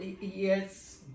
Yes